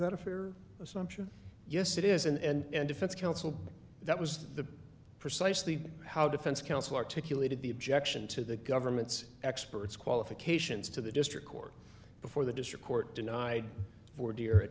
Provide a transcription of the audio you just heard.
that a fair assumption yes it isn't and defense counsel that was the precisely how defense counsel articulated the objection to the government's experts qualifications to the district court before the district court denied for deer a